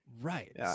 Right